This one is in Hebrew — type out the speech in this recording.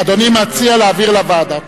אדוני מציע להעביר לוועדה.